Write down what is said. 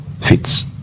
fits